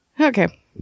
Okay